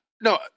no